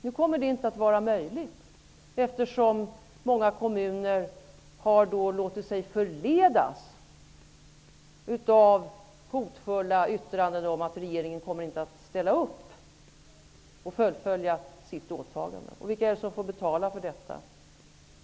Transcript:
Nu kommer detta inte att vara möjligt, eftersom många kommuner har låtit sig förledas av hotfulla yttranden om att regeringen inte kommer att ställa upp och fullfölja sitt åtagande. Vilka är det som får betala för detta?